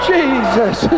Jesus